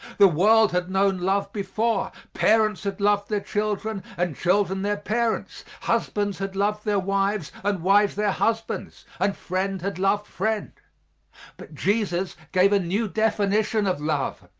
the world had known love before parents had loved their children, and children their parents husbands had loved their wives, and wives their husbands and friend had loved friend but jesus gave a new definition of love.